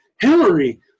Hillary